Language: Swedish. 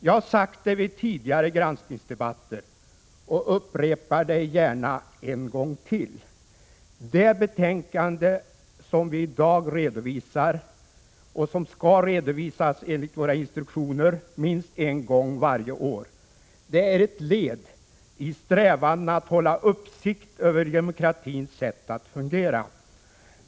Jag har sagt vid tidigare granskningsdebatter och upprepar det gärna: Det betänkande som vi i dag redovisar, och som skall redovisas enligt våra instruktioner minst en gång varje år, är ett led i strävandena att hålla uppsikt över demokratins sätt att fungera.